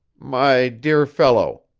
my dear fellow,